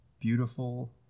beautiful